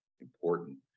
important